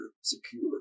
secure